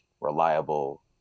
reliable